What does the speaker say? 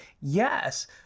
yes